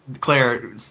Claire